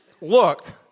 look